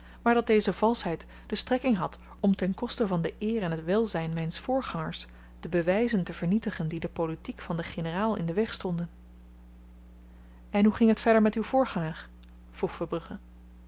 maar dat deze valsheid de strekking had om ten koste van de eer en t welzyn myns voorgangers de bewyzen te vernietigen die de politiek van den generaal in den weg stonden en hoe ging t verder met uw voorganger vroeg verbrugge